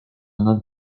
nad